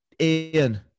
Ian